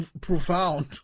profound